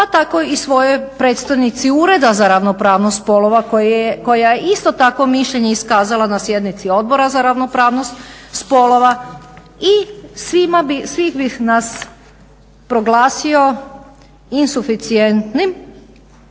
pa tako i svojoj predstojnici Ureda za ravnopravnost spolova koja je isto tako mišljenje iskazala na sjednici Odbora za ravnopravnost spolova i svih bi nas proglasio insuficijentnim